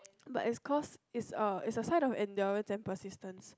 but is cause is a is a sign of endurance and persistence